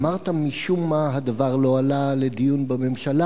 אמרת: משום מה הדבר לא עלה לדיון בממשלה.